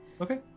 okay